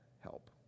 help